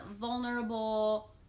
vulnerable